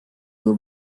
kui